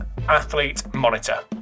athletemonitor